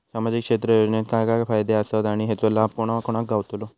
सामजिक क्षेत्र योजनेत काय काय फायदे आसत आणि हेचो लाभ कोणा कोणाक गावतलो?